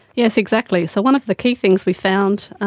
yes exactly. so one of the key things we found